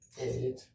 eight